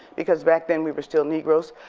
because back then we were still negros.